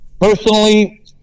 Personally